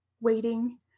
waiting